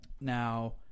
Now